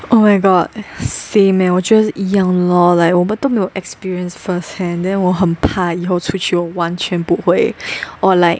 oh my god same leh 我觉得一样 lor like 我们都没有 experienced first hand then 我很怕以后出去完全不会 or like